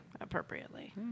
appropriately